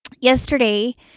Yesterday